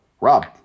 Rob